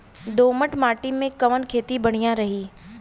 दोमट माटी में कवन खेती बढ़िया रही?